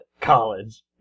college